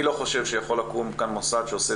אני לא חושב שיכול לקום כאן מוסד שעושה